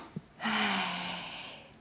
!hais!